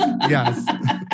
Yes